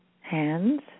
hands